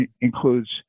includes